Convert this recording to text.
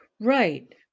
Right